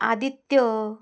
Aditya